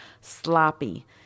sloppy